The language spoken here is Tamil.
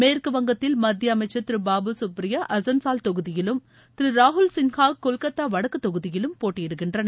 மேற்குவங்கத்தில் மத்திய அமைச்சர் திரு பாபு கப்ரியோ அசன்சால் தொகுதியிலும் திரு ராகுல் சின்ஹா கொல்கத்தா வடக்கு தொகுதியிலும் போட்டயிடுகின்றனர்